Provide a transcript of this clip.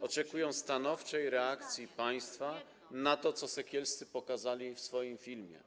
Oczekują stanowczej reakcji państwa na to, co Sekielscy pokazali w swoim filmie.